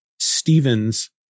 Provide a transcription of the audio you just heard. Stephen's